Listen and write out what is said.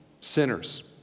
sinners